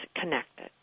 connected